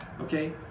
okay